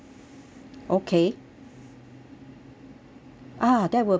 okay ah that will be good